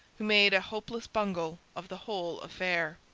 who made a hopeless bungle of the whole affair.